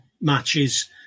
matches